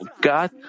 God